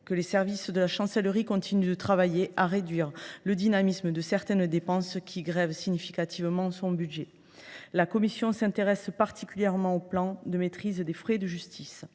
que les services de la Chancellerie continuent de travailler à réduire le dynamisme de certaines dépenses qui grèvent significativement son budget. La commission s’intéresse particulièrement au plan de maîtrise des frais de justice.